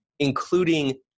including